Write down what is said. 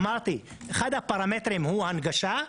אמרתי אחד הפרמטרים הוא הנגשה.